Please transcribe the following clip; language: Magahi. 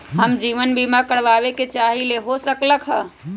हम जीवन बीमा कारवाबे के चाहईले, हो सकलक ह?